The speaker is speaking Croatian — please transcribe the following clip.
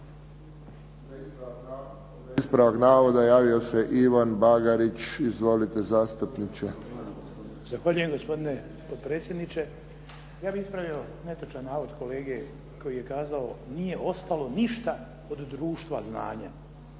Za ispravak navoda javio se Ivan Bagarić. Izvolite. **Bagarić, Ivan (HDZ)** Zahvaljujem gospodine potpredsjedniče. Ja bih ispravio netočan navod kolege koji je kazao, nije ostalo ništa od društva znanja.